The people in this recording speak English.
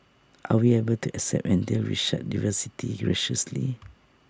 are we able to accept and deal with such diversity graciously